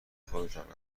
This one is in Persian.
خودتان